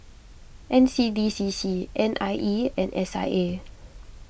N C D C C N I E and S I A